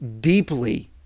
deeply